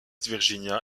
virginia